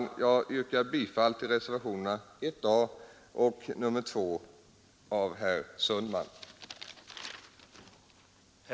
Jag ber att få yrka bifall till reservationerna 1 a och 2 av herr Sundman m.fl.